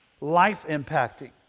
life-impacting